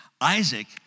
Isaac